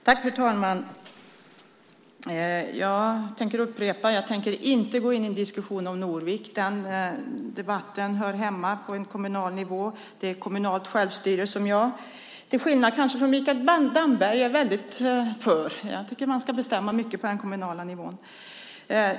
Fru talman! Jag upprepar: Jag tänker inte gå in i en diskussion om Norvik. Den debatten hör hemma på kommunal nivå. Vi har kommunalt självstyre som jag, till skillnad från Mikael Damberg, är väldigt för. Jag tycker att man ska bestämma mycket på den kommunala nivån.